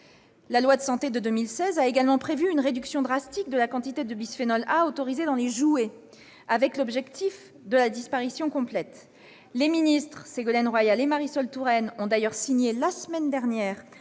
système de santé a également prévu une réduction drastique de la quantité de bisphénol A autorisée dans les jouets avec pour objectif sa disparition complète. Les ministres Ségolène Royal et Marisol Touraine ont d'ailleurs signé la semaine dernière